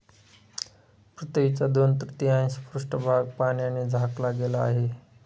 पृथ्वीचा दोन तृतीयांश पृष्ठभाग पाण्याने झाकला गेला आहे